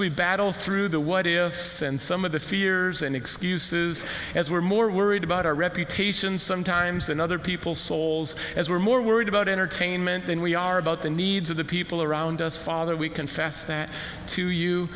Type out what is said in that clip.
we battle through the what ifs and some of the fears and excuses as we are more worried about our reputation sometimes than other people souls as were more worried about entertainment than we are about the needs of the people around us father we confess that to you